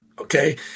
Okay